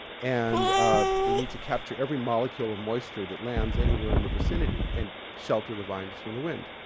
and they need to capture every molecule of moisture that lands anywhere in the vicinity and shelter the vines from the wind.